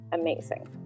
amazing